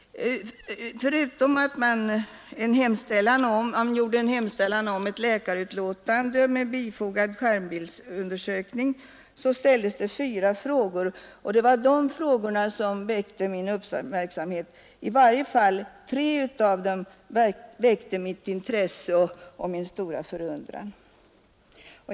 Förutom att det hemställdes om ett läkarintyg med bifogad skärmbildsundersökning ställdes fyra frågor, och i varje fall tre av dem väckte mitt intresse och min stora förundran.